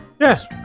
Yes